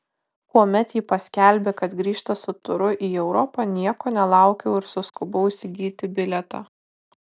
kuomet ji paskelbė kad grįžta su turu į europą nieko nelaukiau ir suskubau įsigyti bilietą